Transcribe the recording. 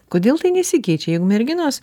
kodėl tai nesikeičia jeigu merginos